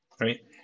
Right